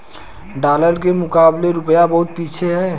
dollar के मुकाबले रूपया बहुत पीछे है